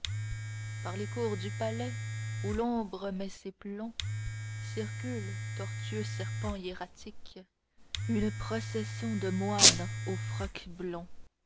par les cours du palais où l'ombre met ses plombs circule tortueux serpent hiératique-une procession de moines aux frocs blonds